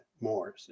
more